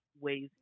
ways